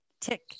tick